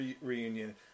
reunion